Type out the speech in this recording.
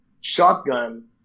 shotgun